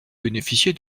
bénéficier